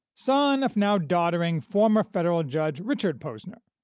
son of now-doddering former federal judge richard posner.